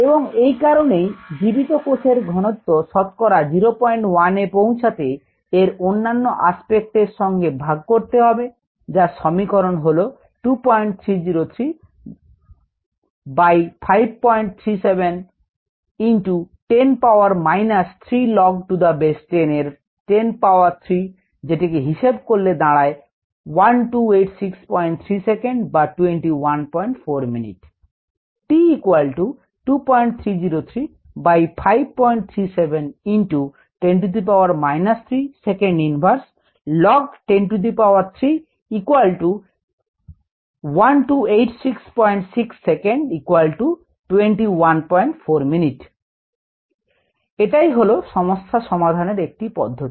এবং এই কারনেই জীবিত কোষ এর ঘনত্ব শতকরা 01 এ পৌঁছাতে এর অন্যান্য আসপেক্ট এর সঙ্গে ভাগ করতে হবে যার সমীকরণ হল 2303 ভাজিতক 537 গুনিতক 10 power minus 3 log to the base 10 এর 10 পাওয়ার 3 যেটিকে হিসাব করলে দাঁড়ায় 12866 সেকেন্ড বা 214 মিনিট এটাই হলো সমস্যা সমাধানের একটি পদ্ধতি